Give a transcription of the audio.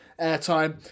airtime